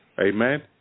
Amen